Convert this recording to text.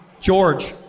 George